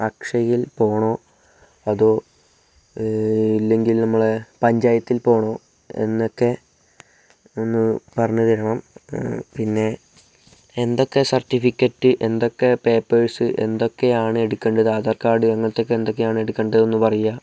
അക്ഷയിൽ പോകണോ അതോ ഇല്ലെങ്കിൽ നമ്മള് പഞ്ചായത്തിൽ പോകണോ എന്നൊക്കെ ഒന്നു പറഞ്ഞ് തരണം പിന്നെ എന്തൊക്കെ സർട്ടിഫിക്കറ്റ് എന്തൊക്കെ പേപ്പേഴ്സ് എന്തൊക്കെയാണ് എടുക്കേണ്ടത് ആധാർ കാർഡ് അങ്ങനത്തെ ഒക്കെ എന്തൊക്കെയാണ് എടുക്കേണ്ടതെന്ന് പറയുക